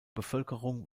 bevölkerung